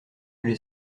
les